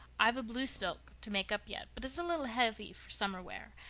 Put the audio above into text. i've a blue silk to make up yet, but it's a little heavy for summer wear.